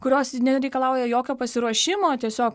kurios nereikalauja jokio pasiruošimo tiesiog